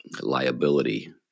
liability